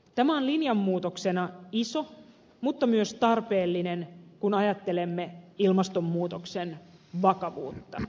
tämä on linjamuutoksena iso mutta myös tarpeellinen kun ajattelemme ilmastonmuutoksen vakavuutta